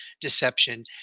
deception